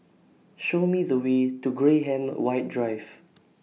Show Me The Way to Graham White Drive